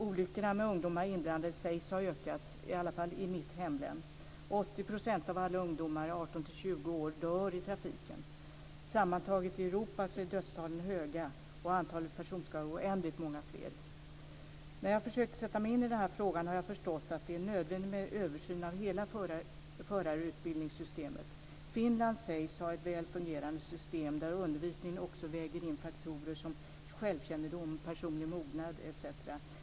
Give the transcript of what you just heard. Olyckorna med ungdomar inblandade sägs ha ökat, i alla fall i mitt hemlän. 80 % av alla ungdomar mellan 18 och 20 år som dör gör det i trafiken. Sammantaget i Europa är dödstalen höga och antalet personskador oändligt mycket större. När jag försökt sätta mig in i den här frågan har jag förstått att det är nödvändigt med en översyn av hela förarutbildningssystemet. Finland sägs ha ett väl fungerande system där undervisningen också väger in faktorer som självkännedom, personlig mognad etc.